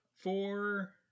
Four